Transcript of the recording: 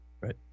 Right